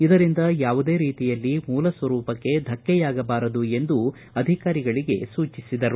ಇದರಿಂದ ಯಾವುದೇ ರೀತಿಯಲ್ಲಿ ಮೂಲ ಸ್ವರೂಪಕ್ಕೆ ಧಕ್ಕೆಯಾಗಬಾರದು ಎಂದು ಅಧಿಕಾರಿಗಳಿಗೆ ಸೂಚಿಸಿದರು